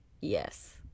Yes